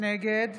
נגד